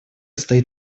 стоит